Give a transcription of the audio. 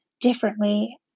differently